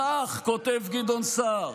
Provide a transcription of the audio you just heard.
בכך", כותב גדעון סער,